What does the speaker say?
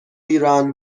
ایران